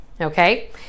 okay